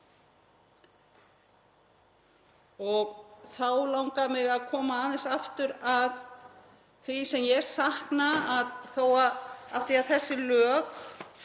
Þá langar mig að koma aðeins aftur að því sem ég sakna, af því að þessi lög